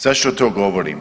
Zašto to govorim?